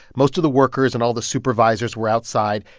most of the workers and all the supervisors were outside,